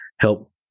help